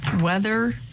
weather